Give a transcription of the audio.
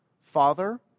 Father